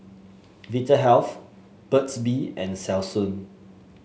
Vitahealth Burt's Bee and Selsun